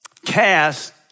Cast